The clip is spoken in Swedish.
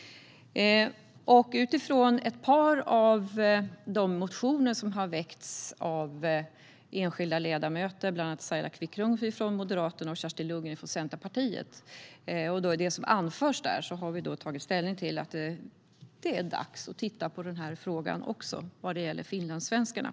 Utifrån ett par av de motioner som har väckts av enskilda ledamöter, bland andra Saila Quicklund från Moderaterna och Kerstin Lundgren från Centerpartiet, och utifrån det som anförs i dem har vi tagit ställning för att det är dags att också titta på frågan beträffande finlandssvenskarna.